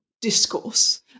discourse